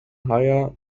higher